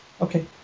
Okay